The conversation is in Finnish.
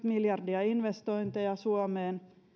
miljardia investointeja suomeen